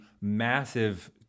massive